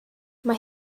mae